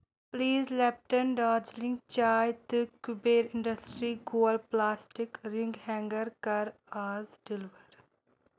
please Lipton Darjeeling چاے تہٕ Kuber industry گول پلاسٹِک رِنٛگ ہینٛگر کَر آز ڈیلور